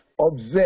observe